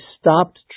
stopped